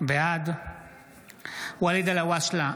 בעד ואליד אלהואשלה,